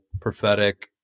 prophetic